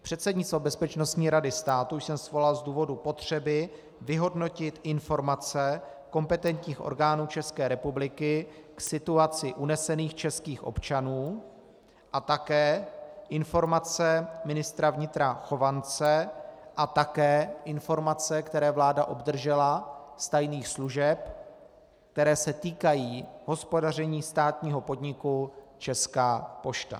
Předsednictvo Bezpečnostní rady státu jsem svolal z důvodu potřeby vyhodnotit informace kompetentních orgánů České republiky k situaci unesených českých občanů a také informace ministra vnitra Chovance a také informace, které vláda obdržela z tajných služeb, které se týkají hospodaření státního podniku Česká pošta.